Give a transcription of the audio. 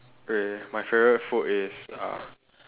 wait my favorite food is uh